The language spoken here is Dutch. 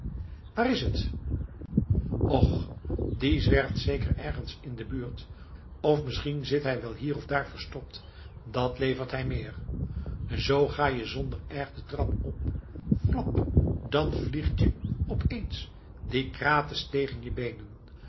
waar is het och die zwerft zeker ergens in de buurt of misschien zit hij wel hier of daar verstopt dat levert hij meer zoo ga je zonder erg de trap op flap dan vliegt je op eens die krates tegen je beenen